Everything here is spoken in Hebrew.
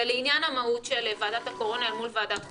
ולעניין המהות של ועדת הקורונה אל מול ועדת החוקה.